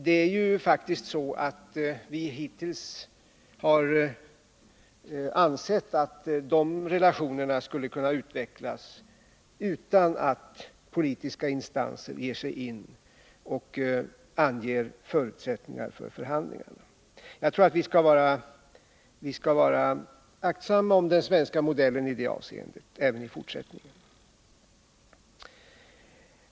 Det är ju faktiskt så, att vi hittills ansett att sådana relationer skulle kunna utvecklas utan att politiska instanser ger sig i det här och anger förutsättningar för förhandlingarna. Jag tror att vi skall vara aktsamma om den svenska modellen i det avseendet även i fortsättningen.